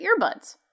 earbuds